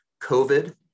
COVID